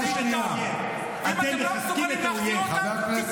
חבר הכנסת יוראי, אני קורא אותך בקריאה ראשונה.